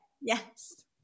Yes